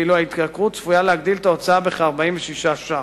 ואילו ההתייקרות צפויה להגדיל את ההוצאה בכ-46 ש"ח.